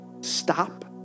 stop